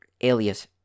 alias